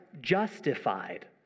Justified